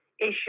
issue